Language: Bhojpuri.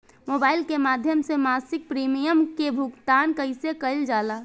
मोबाइल के माध्यम से मासिक प्रीमियम के भुगतान कैसे कइल जाला?